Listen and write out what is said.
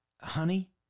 honey